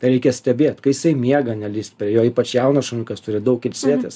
tai reikia stebėt kai jisai miega nelįst prie jo ypač jaunas šuniukas turi daug ilsėtis